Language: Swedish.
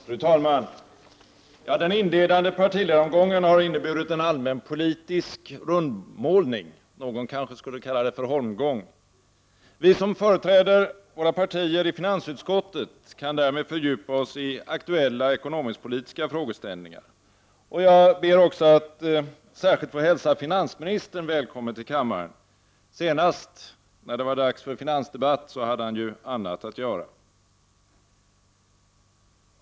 Fru talman! Den inledande partiledaromgången har inneburit en allmänpolitisk rundmålning, någon kanske skulle kalla den för en holmgång. Vi som företräder våra partier i finansutskottet kan därmed fördjupa oss i aktuella ekonomisk-politiska frågeställningar. Jag ber också att särskilt få hälsa finansministern välkommen till kammaren. Senast när det var dags för finansdebatt hade han ju annat att göra.